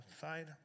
side